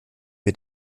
mit